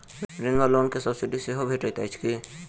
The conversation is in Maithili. ऋण वा लोन केँ सब्सिडी सेहो भेटइत अछि की?